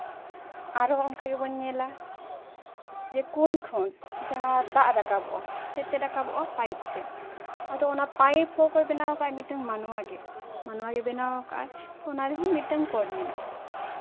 ᱟᱨ ᱦᱚᱸ ᱚᱱᱠᱟ ᱜᱮᱵᱚᱱ ᱧᱮᱞᱟ ᱡᱮ ᱠᱩᱧ ᱠᱷᱚᱱ ᱡᱟᱦᱟᱸ ᱫᱟᱜ ᱨᱟᱠᱟᱵᱚᱜᱼᱟ ᱪᱮᱫᱛᱮ ᱨᱟᱠᱟᱵᱚᱜᱼᱟ ᱯᱟᱭᱤᱯᱛᱮ ᱟᱫᱚ ᱚᱱᱟ ᱯᱟᱭᱤᱯ ᱦᱚᱸ ᱚᱠᱚᱭ ᱵᱮᱱᱟᱣ ᱟᱠᱟᱫ ᱟᱭ ᱢᱤᱫᱴᱮᱱ ᱢᱟᱱᱚᱣᱟ ᱜᱮ ᱢᱟᱱᱚᱣᱟ ᱜᱮ ᱵᱮᱱᱟᱣ ᱟᱠᱟᱫ ᱟᱭ ᱛᱚ ᱚᱱᱟ ᱨᱮᱦᱚᱸ ᱢᱤᱫᱴᱟᱝ ᱠᱚᱬ ᱢᱮᱱᱟᱜᱼᱟ